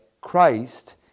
Christ